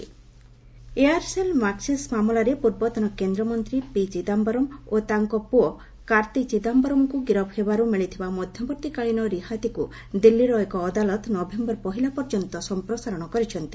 Chidambaram court Aircel Maxis ମାମଲାରେ ପୂର୍ବତନ କେନ୍ଦ୍ରମନ୍ତ୍ରୀ ପି ଚିଦାମ୍ଘରମ୍ ଓ ତାଙ୍କ ପୁଅ କାର୍ତ୍ତି ଚିଦାୟରମ୍ଙ୍କୁ ଗିରଫ ହେବାରୁ ମିଳିଥିବା ମଧ୍ୟବର୍ତ୍ତୀକାଳୀନ ରିହାତିକୁ ଦିଲ୍କୀର ଏକ ଅଦାଲତ ନଭେୟର ପହିଲା ପର୍ଯ୍ୟନ୍ତ ସମ୍ପ୍ରସାରଣ କରିଛନ୍ତି